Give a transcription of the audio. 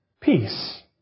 peace